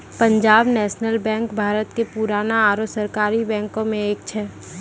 Punjab national bank Bharat के पुराना आरु सरकारी बैंको मे से एक छै